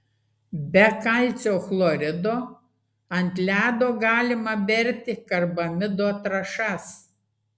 be kalcio chlorido ant ledo galima berti karbamido trąšas